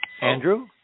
Andrew